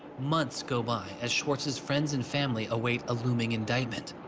months go by as swartz's friends and family await a looming indictment.